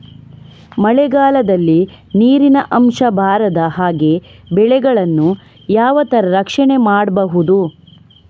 ಮಳೆಗಾಲದಲ್ಲಿ ನೀರಿನ ಅಂಶ ಬಾರದ ಹಾಗೆ ಬೆಳೆಗಳನ್ನು ಯಾವ ತರ ರಕ್ಷಣೆ ಮಾಡ್ಬಹುದು?